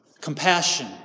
compassion